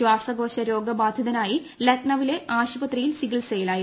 ശ്വാസകോശ രോഗബാധിതനായി ലക്നൌവിലെ ആശുപത്രിയിൽ ചികിത്സയിലായിരുന്നു